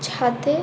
ছাদে